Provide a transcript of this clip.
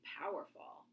powerful